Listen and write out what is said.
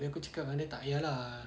abeh aku cakap dengan dia takyah lah